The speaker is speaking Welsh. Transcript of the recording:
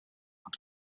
ond